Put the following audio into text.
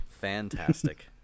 Fantastic